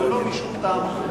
ולא משום טעם אחר.